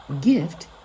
gift